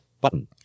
button